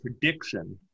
prediction